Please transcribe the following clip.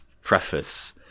preface